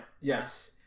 Yes